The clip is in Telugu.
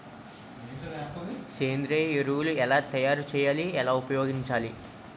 సేంద్రీయ ఎరువులు ఎలా తయారు చేయాలి? ఎలా ఉపయోగించాలీ?